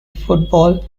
football